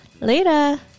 Later